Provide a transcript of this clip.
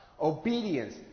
Obedience